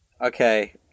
Okay